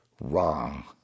wrong